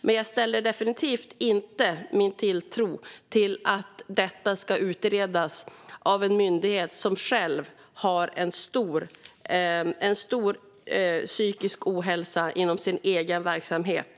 Men jag sätter definitivt inte min tilltro till att detta ska utredas av en myndighet som har stor psykisk ohälsa inom sin egen verksamhet.